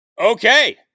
Okay